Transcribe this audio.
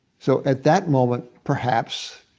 so at that moment, perhaps,